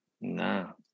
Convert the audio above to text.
No